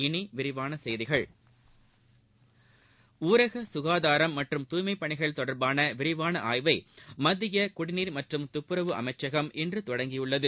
இனி விரிவான செய்திகள் ஊரக சுகாதாரம் மற்றும் தூய்மைப் பணிகள் தொடர்பான விரிவான ஆய்வை மத்திய குடிநீர் மற்றம் துப்புரவு அமைச்சகம் இன்று தொடங்கியுள்ளது